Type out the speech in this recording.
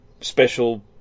special